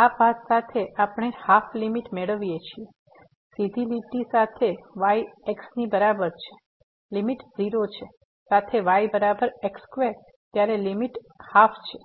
આ પાથ સાથે આપણે અડધી લીમીટ મેળવીએ છીએ સીધી લીટી સાથે y x ની બરાબર છે લીમીટ 0 છે સાથે y બરાબર x2 ત્યારે લીમીટ અડધી છે